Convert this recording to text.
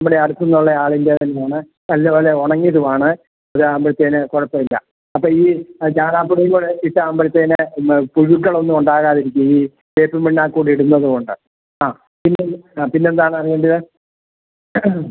ഇവിടെ അടുത്തു നിന്നുള്ള ആളിൻ്റെ തന്നെയാണ് നല്ലപോലെ ഉണങ്ങിയതുമാണ് അതാവുമ്പോഴത്തേക്ക് കുഴപ്പമില്ല അപ്പോൾ ഈ ചാണകപ്പൊടിയും കൂടെ ഇട്ടാവുമ്പോഴത്തേക്ക് ഇന്ന് പുഴുക്കളൊന്നും ഉണ്ടാകാതിരിക്കുകയും വേപ്പിൻ പിണ്ണാക്കുകൂടെ ഇടുന്നത് കൊണ്ട് ആ പിന്നെ ആ പിന്നെയെന്താണ് അറിയേണ്ടത്